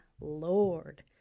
lord